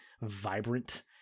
vibrant